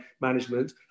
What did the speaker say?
management